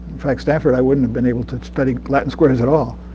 fact, stanford i wouldn't have been able to study latin squares at all.